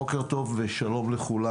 בוקר טוב ושלום לכולם.